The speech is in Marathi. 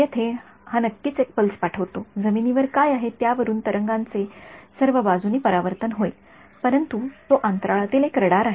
येथे हा नक्कीच एक पल्स पाठवतो जमिनीवर काय आहे त्यावरून तरंगांचे सर्वबाजूनी परावर्तन होईल परंतु तो अंतराळातील एक रडार आहे